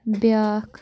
بیٛاکھ